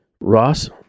Ross